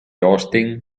austin